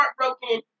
heartbroken